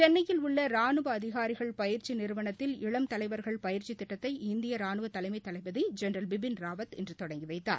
சென்னையில் உள்ள ராணுவ அதிகாரிகள் பயிற்சி நிறுவனத்தில் இளம் தலைவர்கள் பயிற்சித் திட்டத்தை இந்திய ரானுவ தலைமை தளபதி ஜென்ரல் பிபின் ராவத் இன்று தொடங்கி வைத்தார்